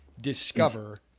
discover